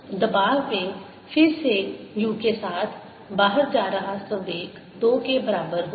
दबाव में फिर से u के साथ बाहर जा रहा संवेग दो के बराबर होगा